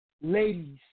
ladies